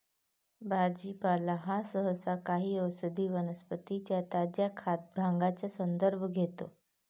भाजीपाला हा सहसा काही औषधी वनस्पतीं च्या ताज्या खाद्य भागांचा संदर्भ घेतो